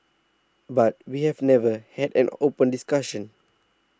but we have never had an open discussion